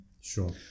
Sure